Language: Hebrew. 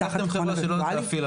לקחתם חברה שלא יודעת להפעיל,